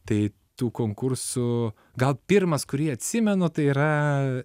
tai tų konkursų gal pirmas kurį atsimenu tai yra